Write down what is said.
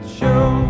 show